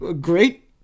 great